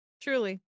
truly